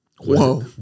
Whoa